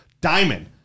diamond